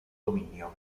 dominio